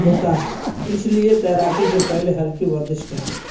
ہوتا ہے اس لیے تیراکی سے پہلے ہلکی ورزش کریں